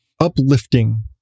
uplifting